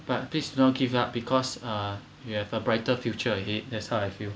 but please do not give up because uh you have a brighter future ahead that's how I feel